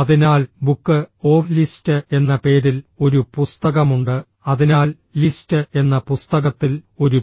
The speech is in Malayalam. അതിനാൽ ബുക്ക് ഓഫ് ലിസ്റ്റ് എന്ന പേരിൽ ഒരു പുസ്തകമുണ്ട് അതിനാൽ ലിസ്റ്റ് എന്ന പുസ്തകത്തിൽ ഒരു